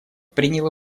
принял